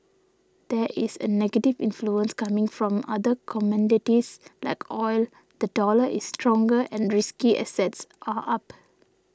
there is a negative influence coming from other commodities like oil the dollar is stronger and risky assets are up